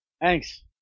Thanks